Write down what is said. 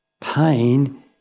pain